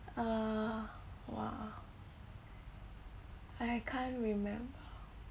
uh !wah! I can't remember